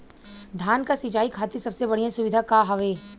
धान क सिंचाई खातिर सबसे बढ़ियां सुविधा का हवे?